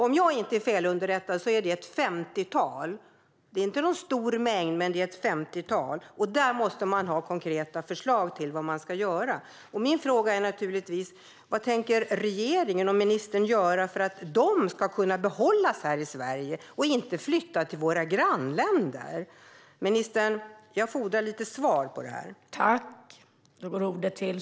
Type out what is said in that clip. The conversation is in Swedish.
Om jag inte är felunderrättad är det ett femtiotal personer, alltså inte någon stor mängd, men där måste man ha konkreta förslag på vad man ska göra. Min fråga är: Vad tänker regeringen och ministern göra för att de ska stanna här i Sverige och inte flytta till våra grannländer? Jag fordrar svar på det här från ministern.